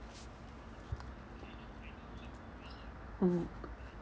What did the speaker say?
mm